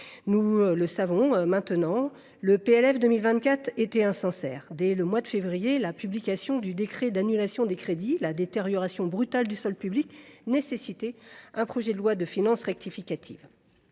Nous savons maintenant que le PLF pour 2024 était insincère. Dès le mois de février dernier et la publication d’un décret d’annulation des crédits, la détérioration brutale du solde public nécessitait un projet de loi de finances rectificative.